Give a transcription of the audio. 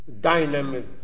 dynamic